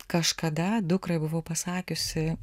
kažkada dukrai buvau pasakiusi